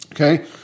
okay